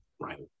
Right